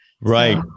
Right